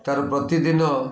ତାର ପ୍ରତିଦିନ